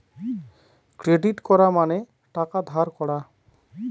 credit করা মানে টাকা ধার করা